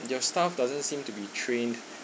your staff doesn't seem to be trained